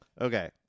Okay